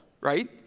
right